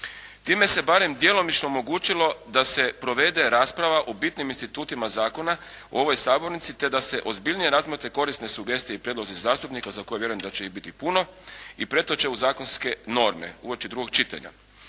Time se bar djelomično omogućilo da se provede rasprava o bitnim institutima zakona u ovoj sabornici te da se ozbiljnije razmotre korisne sugestije i prijedlozi zastupnika za koje vjerujem da će ih biti puno i pretoče u zakonske norme uoči drugog čitanja.